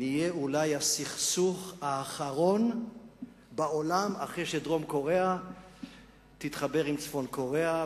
נהיה אולי הסכסוך האחרון בעולם אחרי שדרום-קוריאה תתחבר עם צפון-קוריאה,